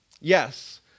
Yes